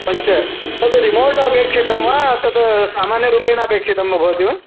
पञ्च तद् रिमोट् अपेक्षितं वा तद् सामान्यरूपेण अपेक्षितं वा भवति वा